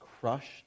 crushed